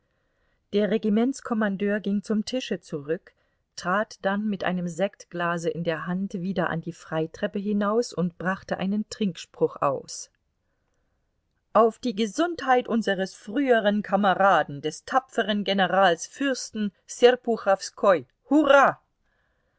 der regimentskommandeur ging zum tische zurück trat dann mit einem sektglase in der hand wieder an die freitreppe hinaus und brachte einen trinkspruch aus auf die gesundheit unseres früheren kameraden des tapferen generals fürsten serpuchowskoi hurra